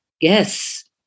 Yes